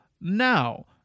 now